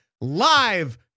live